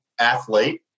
athlete